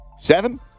Seven